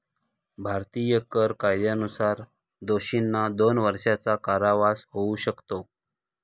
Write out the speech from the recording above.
भारतीय कर कायद्यानुसार दोषींना दोन वर्षांचा कारावास होऊ शकतो